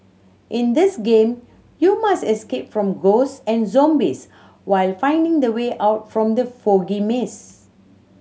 in this game you must escape from ghosts and zombies while finding the way out from the foggy maze